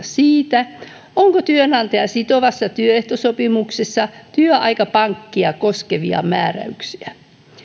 siitä onko työnantajaa sitovassa työehtosopimuksessa työaikapankkia koskevia määräyksiä